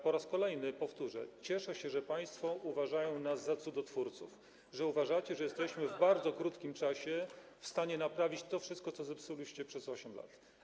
Po raz kolejny powtórzę: cieszę się, że państwo uważają nas za cudotwórców, że uważacie, że jesteśmy w stanie w bardzo krótkim czasie naprawić to wszystko, co zepsuliście przez 8 lat.